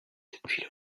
depuis